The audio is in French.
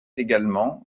également